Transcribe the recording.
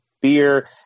beer